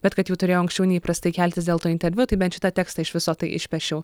bet kad jau turėjau anksčiau neįprastai keltis dėl to interviu tai bent šitą tekstą iš viso tai išpešiau